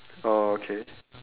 oh okay